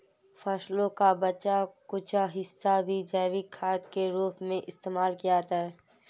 फसलों का बचा कूचा हिस्सा भी जैविक खाद के रूप में इस्तेमाल किया जाता है